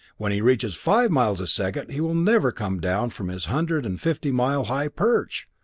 when he reaches five miles a second he will never come down from his hundred and fifty mile high perch!